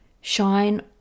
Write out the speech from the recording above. shine